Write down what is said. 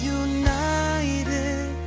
united